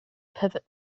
pivot